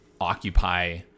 occupy